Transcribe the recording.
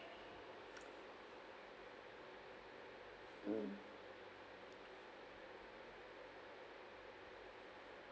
mm